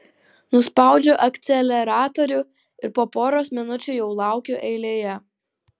nuspaudžiu akceleratorių ir po poros minučių jau laukiu eilėje